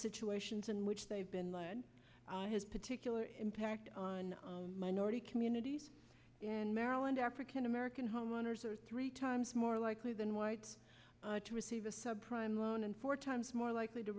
situations in which they've been led his particular impact on minority communities in maryland african american homeowners are three times more likely than whites to receive a subprime loan and four times more likely to